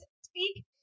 speak